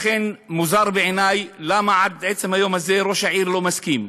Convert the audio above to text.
ולכן מוזר בעיני למה עד עצם היום הזה ראש העיר לא מסכים.